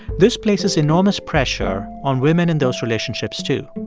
this places enormous pressure on women in those relationships, too.